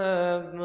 of